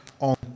on